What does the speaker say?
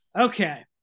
okay